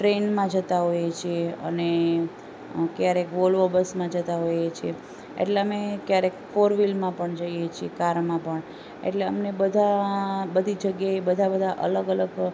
ટ્રેનમાં જતાં હોઈએ છીએ અને ક્યારેક વોલ્વો બસમાં જતાં હોઈએ છીએ એટલે અમે ક્યારેક ફોરવિલમાં પણ જઈએ છીએ કારમાં પણ એટલે બધા બધી જગ્યાએ બધા બધા અલગ અલગ